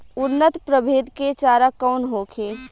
उन्नत प्रभेद के चारा कौन होखे?